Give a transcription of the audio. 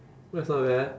what's not bad